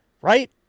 right